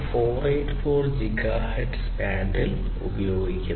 484 gigahertz ബാൻഡിൽ ഉപയോഗിക്കുന്നു